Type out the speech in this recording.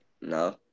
No